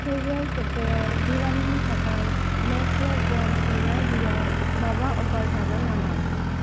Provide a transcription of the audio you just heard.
फैगौ सबथायाव दिवालीनि थाखाय मेप्र' गम सोमनाय दैआव माबा अफार थागोन नामा